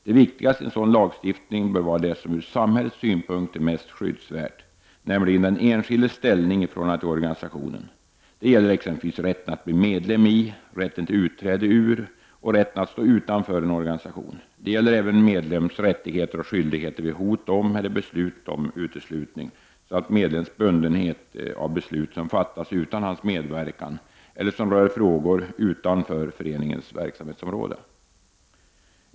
Det viktigaste i en sådan lagstiftning bör vara det som ur samhällets synpunkt är mest skyddsvärt, nämligen den enskildes ställning i förhållande till organisationen. Det gäller exempelvis rätten att bli medlem i, rätten till utträde ur och rätten att stå utanför en organisation. Det gäller även medlems rättigheter och skyldigheter vid hot om eller beslut om uteslutning samt medlems bundenhet av beslut som fattas utan hans medverkan eller som rör frågor utanför föreningens verksamhetsområde.